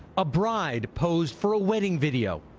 a bride posed for a wedding video.